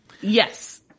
yes